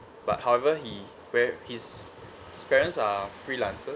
but however he where his his parents are freelancers